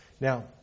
Now